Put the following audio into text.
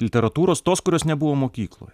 literatūros tos kurios nebuvo mokykloj